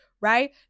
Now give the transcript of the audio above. right